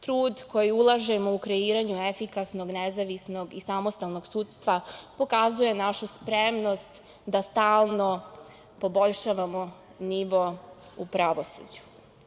Trud koji ulažemo u kreiranju efikasnog, nezavisnog i samostalnog sudstva pokazuje našu spremnost da stalno poboljšavamo nivo u pravosuđu.